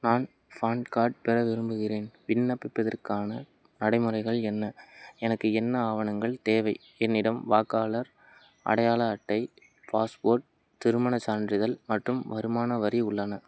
நான் PAN card பெற விரும்புகிறேன் விண்ணப்பிப்பதற்கான நடைமுறைகள் என்ன எனக்கு என்ன ஆவணங்கள் தேவை என்னிடம் வாக்காளர் அடையாள அட்டை பாஸ்போர்ட் திருமணச் சான்றிதழ் மற்றும் வருமான வரி உள்ளன